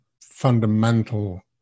fundamental